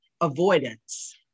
avoidance